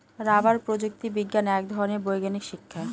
rubber প্রযুক্তি বিজ্ঞান এক ধরনের বৈজ্ঞানিক শিক্ষা